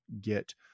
get